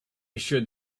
should